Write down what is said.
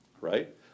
right